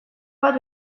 bat